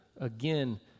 again